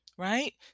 Right